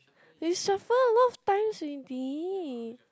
you shuffle a lot of times already